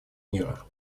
мира